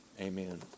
Amen